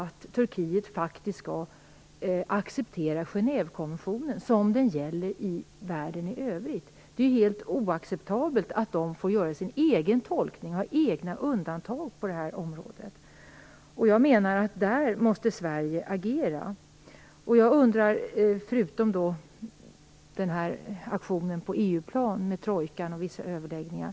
Turkiet skall acceptera Genèvekonventionen såsom den gäller i världen i övrigt? Det är helt oacceptabelt att de får göra sin egen tolkning och ha egna undantag på det här området. Här måste Sverige agera! Görs det ingenting från svensk sida förutom den här aktionen på EU-nivå med trojkan och vissa överläggningar?